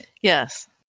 Yes